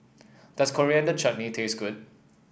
does Coriander Chutney taste good